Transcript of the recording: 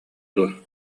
дуо